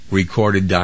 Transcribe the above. recorded